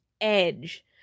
edge